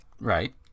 Right